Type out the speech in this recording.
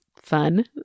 fun